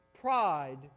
Pride